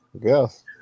Yes